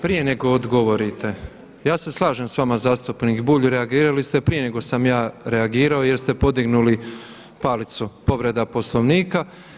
Prije nego odgovorite, ja se slažem sa vama zastupnik Bulj, reagirali ste prije nego sam ja reagirao jer ste podignuli palicu povreda Poslovnika.